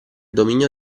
dominio